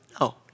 No